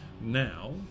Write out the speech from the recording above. Now